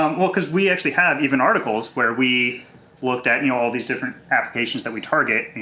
um well, because we actually have even articles where we looked at and all these different applications that we target.